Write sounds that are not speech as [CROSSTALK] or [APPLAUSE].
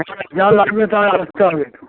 [UNINTELLIGIBLE] রাখলে তো আসতে হবে